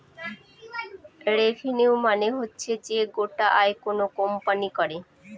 revenue মানে হচ্ছে যে গোটা আয় কোনো কোম্পানি করে